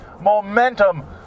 momentum